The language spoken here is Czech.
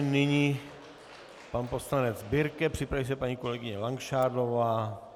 Nyní pan poslanec Birke, připraví se paní kolegyně Langšádlová.